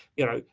you know,